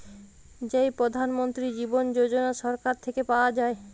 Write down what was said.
যেই প্রধান মন্ত্রী জীবন যোজনা সরকার থেকে পাওয়া যায়